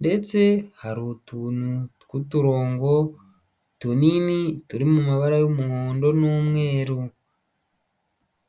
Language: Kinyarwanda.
ndetse hari utuntu tw'uturongo tunini turi mu mabara y'umuhondo n'umweru.